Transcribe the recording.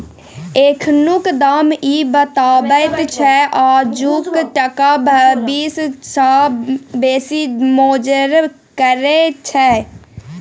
एखनुक दाम इ बताबैत छै आजुक टका भबिस सँ बेसी मोजर केर छै